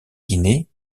guinée